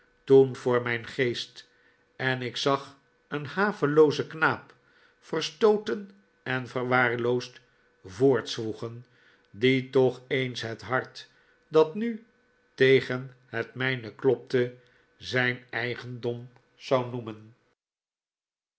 toen voor mijn geest en ik zag een haveloozen knaap verstooten en verwaarloosd voortzwoegen die toch eens het hart dat nu tegen het mijne klopte zijn eigendom zou noemen